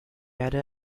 erde